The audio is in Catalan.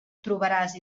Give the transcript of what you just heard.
trobaràs